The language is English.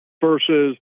versus